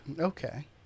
Okay